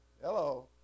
hello